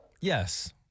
Yes